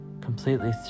completely